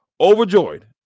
overjoyed